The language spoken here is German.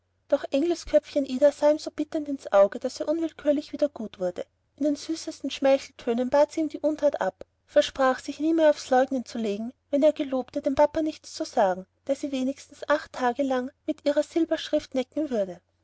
doch engelsköpfchen ida sah ihm so bittend ins auge daß er unwillkürlich wieder gut wurde in den süßesten schmeicheltönen bat sie ihm die unart ab versprach sich nie mehr aufs leugnen zu legen wenn er gelobe dem papa nichts zu sagen der sie wenigstens acht tage lang mit ihrer silberschrift necken würde